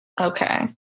Okay